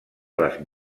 les